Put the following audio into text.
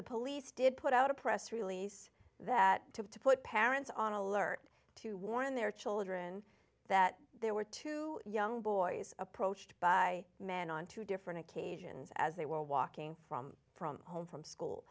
the police did put out a press release that took to put parents on alert to warn their children that there were two young boys approached by men on two different occasions as they were walking from from home from school